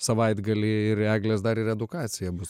savaitgalį ir eglės dar ir edukacija bus